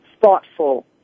thoughtful